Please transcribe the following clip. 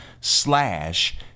slash